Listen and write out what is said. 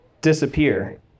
disappear